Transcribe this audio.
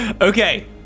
Okay